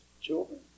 children